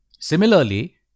Similarly